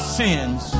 sins